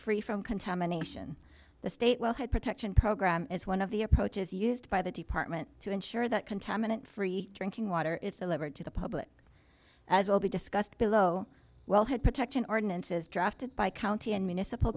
free from contamination the state will have protection program as one of the approaches used by the department to ensure that contaminant free drinking water is a lever to the public as will be discussed below well had protection ordinances drafted by county and municipal